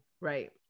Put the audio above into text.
right